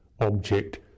object